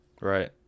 Right